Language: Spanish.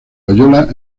loyola